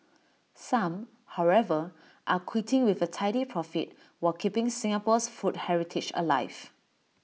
some however are quitting with A tidy profit while keeping Singapore's food heritage alive